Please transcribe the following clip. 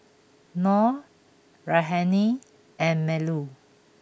Nor Raihana and Melur